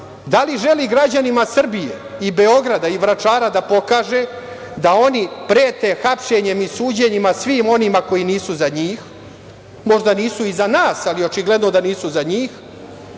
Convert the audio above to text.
Da li želi građanima Srbije i Beograda i Vračara da pokaže da oni prete hapšenjem i suđenjima svima onima koji nisu za njih, možda nisu i za nas, ali očigledno da nisu za njih?